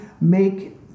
make